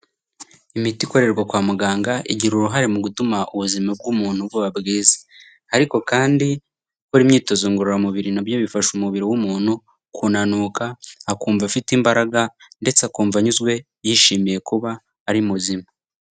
Imiti ikorerwa kwa muganga igira uruhare mu gutuma ubuzima bw'umuntu buba bwiza, ariko kandi gukora imyitozo ngororamubiri na byo bifasha umubiri w'umuntu kunanuka, akumva afite imbaraga ndetse akumva anyuzwe, yishimiye kuba ari muzima.